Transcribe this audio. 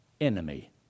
enemy